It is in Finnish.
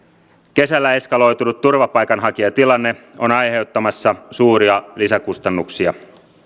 kesällä eskaloitunut turvapaikanhakijatilanne on aiheuttamassa suuria lisäkustannuksia